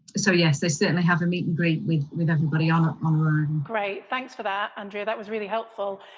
so yes, tay certainly have a meet and greet with with everybody? um ah um um cat thanks for that, andrea. that was really helpful.